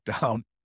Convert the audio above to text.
down